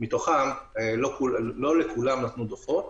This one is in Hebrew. לא לכולן נתנו דוחות.